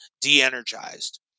de-energized